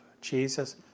Jesus